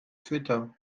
twitter